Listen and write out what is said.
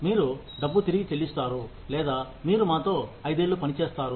మీరు డబ్బు తిరిగి చెల్లిస్తారు లేదా మీరు మాతో ఐదేళ్ళు పని చేస్తారు